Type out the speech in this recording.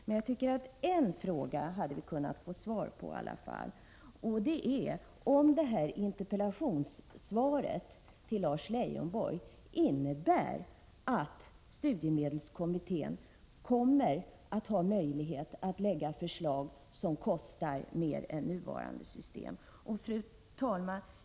Men jag tycker att vi hade kunnat få svar på en fråga i alla fall, nämligen om interpellationssvaret till Lars Leijonborg innebär att studiemedelskommittén kommer att ha möjlighet att lägga förslag som kostar mer än nuvarande system. Fru talman!